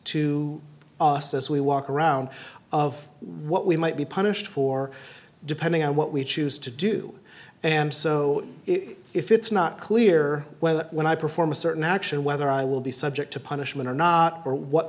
to us as we walk around of what we might be punished for depending on what we choose to do and so if it's not clear whether when i perform a certain action whether i will be subject to punishment or not or what